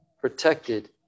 protected